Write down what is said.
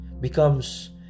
becomes